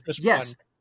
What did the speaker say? yes